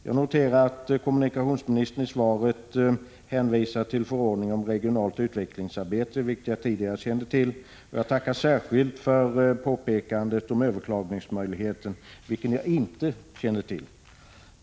Jag noterar att kommunikationsministern i svaret hänvisar till förordningen om regionalt utvecklingsarbete, som jag tidigare kände till. Jag tackar särskilt för påpekandet om överklagningsmöjligheten, vilken jag inte kände till.